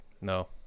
No